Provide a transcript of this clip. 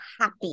happy